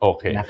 Okay